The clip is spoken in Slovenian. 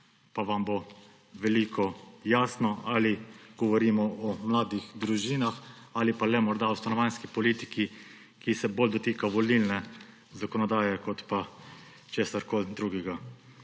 pa vam bo veliko jasno – ali govorimo o mladih družinah ali pa morda o stanovanjski politiki, ki se bolj dotika volilne zakonodaje kot pa česarkoli drugega.